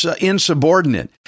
insubordinate